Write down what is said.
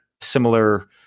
similar